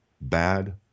bad